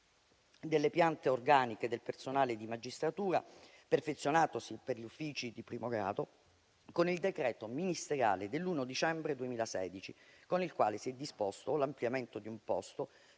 delle piante organiche del personale di magistratura perfezionatosi, per gli uffici di primo grado, con il decreto ministeriale del 1° dicembre 2016, con il quale si è disposto l'ampliamento di un posto